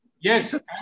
Yes